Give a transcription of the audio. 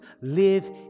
live